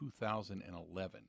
2011